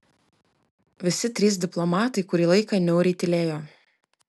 visi trys diplomatai kurį laiką niauriai tylėjo